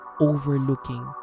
overlooking